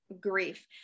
grief